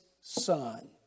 son